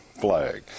flag